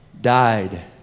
died